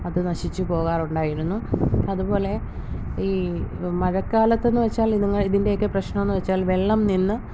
അത് നശിച്ചു പോകാറുണ്ടായിരുന്നു അതുപോലെ ഈ മഴക്കാലത്തെന്ന് വെച്ചാൽ ഇത് ഇതിൻ്റെയൊക്കെ പ്രശ്നം എന്നുവെച്ചാൽ വെള്ളം നിന്ന്